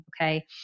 Okay